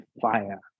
fire